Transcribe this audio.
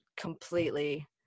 Completely